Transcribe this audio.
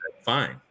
fine